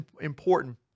important